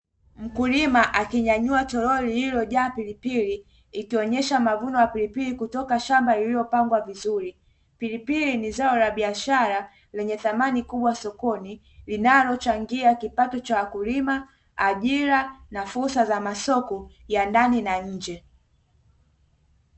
Mkulima akinyanyua tolori lililojaa pilipili ikionyesha mavuno ya pilipili kutoka shamba lililopangwa vizuri, pilipili ni za la biashara lenye samani kubwa sokoni linalochangia kipato cha wakulima ajira na fursa za masoko ya ndani na nje.